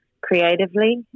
creatively